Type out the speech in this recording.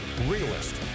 realist